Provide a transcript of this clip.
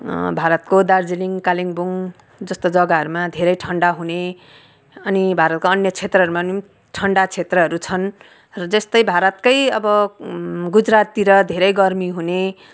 भारतको दार्जिलिङ कालिम्पोङ जस्ता जगाहरूमा धेरै ठन्डा हुने अनि भारतको अन्य क्षेत्रहरूमा ठन्डा क्षेत्रहरू छन् जस्तै भारतको अब गुजराततिर धेरै गर्मी हुने